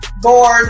bored